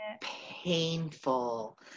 painful